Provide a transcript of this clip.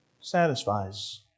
satisfies